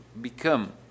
become